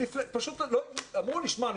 הם אמרו לי: שמע,